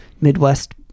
Midwest